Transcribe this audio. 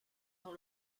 dans